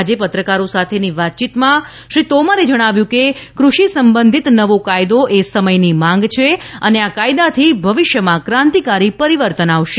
આજે પત્રકારો સાથેંની વાતયીતમાં શ્રી તોમરે જણાવ્યું કે કૃષિ સંબંધીત નવો કાયદો એ સમયની માંગ છે અને આ કાયદાથી ભવિષ્યમાં કાંતિકારી પરિવર્તન આવશે